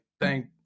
Thank